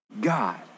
God